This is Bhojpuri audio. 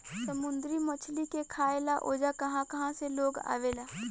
समुंद्री मछली के खाए ला ओजा कहा कहा से लोग आवेला